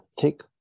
thick